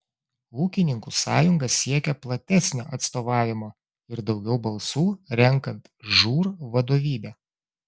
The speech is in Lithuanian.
ūkininkų sąjunga siekia platesnio atstovavimo ir daugiau balsų renkant žūr vadovybę